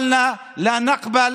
איננו מסכימים